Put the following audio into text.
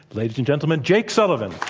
ladies and gentlemen, jake sullivan.